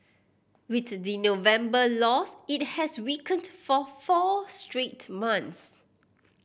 with the November loss it has weakened for four straight months